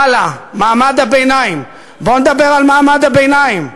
הלאה, מעמד הביניים, בוא נדבר על מעמד הביניים.